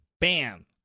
Bam